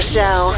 Show